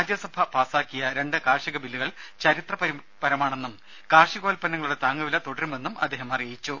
രാജ്യസഭ പാസാക്കിയ രണ്ട് കാർഷിക ബില്ലുകൾ ചരിത്രപരമാണെന്നും കാർഷികോൽപന്നങ്ങളുടെ താങ്ങുവില തുടരുമെന്നും അദ്ദേഹം അറിയിച്ചു